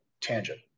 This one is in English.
tangent